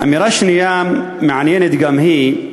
אמירה שנייה, מעניינת גם היא,